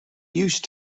used